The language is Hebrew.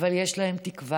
אבל יש להם תקווה